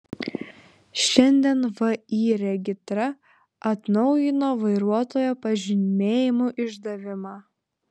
šiandien vį regitra atnaujino vairuotojo pažymėjimų išdavimą